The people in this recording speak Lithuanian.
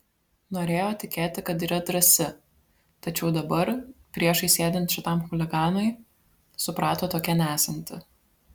norėjo tikėti kad yra drąsi tačiau dabar priešais sėdint šitam chuliganui suprato tokia nesanti